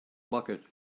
bucket